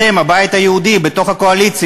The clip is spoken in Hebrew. אתם, הבית היהודי, בתוך הקואליציה.